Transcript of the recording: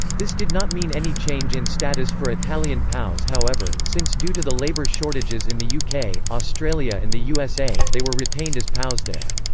this did not mean any change in status for italian pows however, since due to the labour shortages in the yeah uk, australia and the usa, they were retained as pows there.